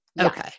Okay